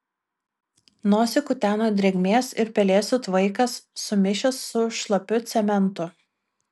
nosį kutena drėgmės ir pelėsių tvaikas sumišęs su šlapiu cementu